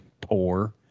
poor